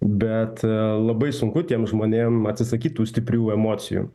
bet labai sunku tiem žmonėm atsisakyt tų stiprių emocijų